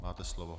Máte slovo.